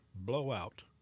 blowout